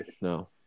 No